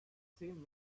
zehn